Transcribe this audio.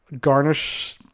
garnish